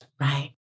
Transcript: Right